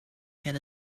get